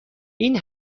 این